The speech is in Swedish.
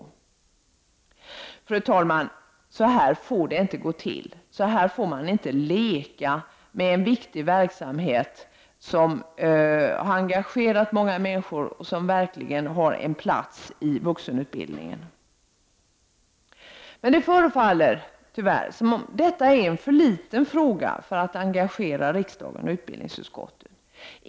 Så här, fru talman, får det inte gå till. Så här får man inte leka med en viktig verksamhet som engagerar många människor och som verkligen har en plats i vuxenutbildningen. Men det förefaller tyvärr som om detta är en för liten fråga för att engagera riksdagen och utbildningsutskottet.